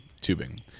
Tubing